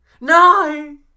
No